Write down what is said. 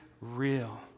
real